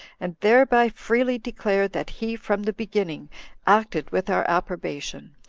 and thereby freely declare that he from the beginning acted with our approbation.